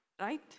Right